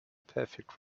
perfect